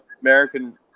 American